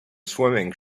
swimming